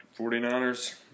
49ers